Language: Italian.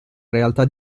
realtà